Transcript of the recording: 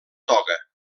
toga